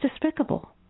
despicable